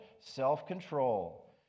self-control